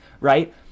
right